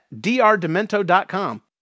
drdemento.com